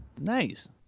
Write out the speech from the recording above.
Nice